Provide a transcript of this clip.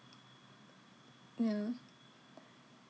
yeah